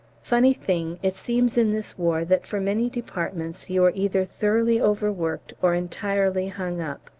funny thing, it seems in this war that for many departments you are either thoroughly overworked or entirely hung up,